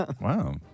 Wow